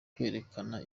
kwerekana